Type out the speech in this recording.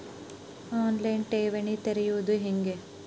On line ಠೇವಣಿ ತೆರೆಯೋದು ಹೆಂಗ?